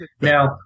Now